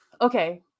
Okay